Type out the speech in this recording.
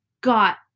got